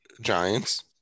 Giants